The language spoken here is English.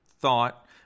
thought